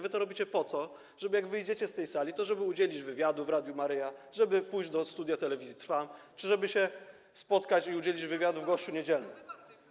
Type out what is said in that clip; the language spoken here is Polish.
Wy to robicie po to, żeby, jak wyjdziecie z tej sali, udzielić wywiadu w Radiu Maryja, żeby pójść do studia Telewizji Trwam czy żeby się spotkać i udzielić wywiadu w „Gościu Niedzielnym”